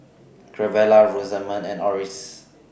Gabriela Rosamond and Orris